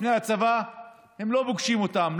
לפני הצבא הם לא פוגשים אותם,